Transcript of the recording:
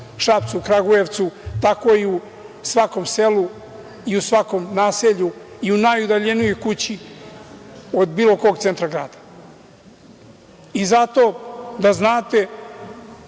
Šapcu, Kragujevcu, tako i u svakom selu i u svakom naselju i najudaljenijoj kući od bilo kog centra grada. I, zato da znate